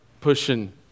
pushing